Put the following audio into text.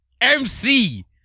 MC